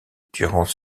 durant